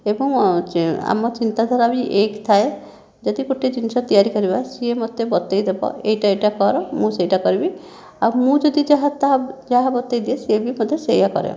ଏବଂ ଆମ ଚିନ୍ତାଧାରା ବି ଏକ ଥାଏ ଯଦି ଗୋଟିଏ ଜିନିଷ ତିଆରି କରିବା ସିଏ ମୋତେ ବତାଇ ଦେବ ଏଇଟା ଏଇଟା କର ମୁଁ ସେଇଟା କରିବି ଆଉ ମୁଁ ଯଦି ଯାହା ତାହା ଯାହା ବତାଇ ଦିଏ ସିଏ ବି ମୋତେ ସେଇଆ କରେ